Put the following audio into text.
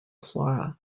flora